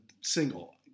single